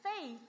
faith